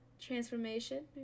Transformation